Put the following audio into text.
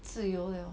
自由 lor